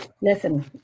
listen